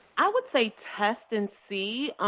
i would say test and see.